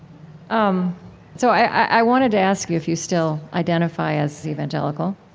um so i wanted to ask you if you still identify as evangelical